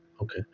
Okay